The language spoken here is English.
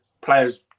players